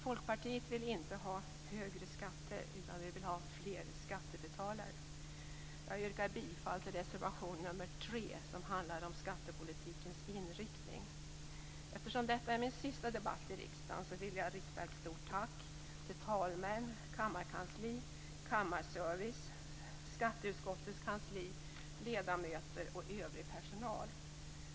Folkpartiet vill inte ha högre skatter, utan vi vill ha fler skattebetalare. Jag yrkar bifall till reservation nr 34, som handlar om skattepolitikens inriktning. Eftersom detta är min sista debatt i riksdagen vill jag rikta ett stort tack till talmän, kammarkansli, kammarservice, skatteutskottets kansli, ledamöter och övrig personal.